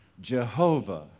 Jehovah